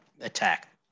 attack